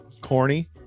corny